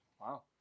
Wow